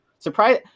Surprise